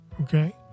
okay